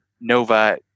Nova